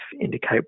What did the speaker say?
indicate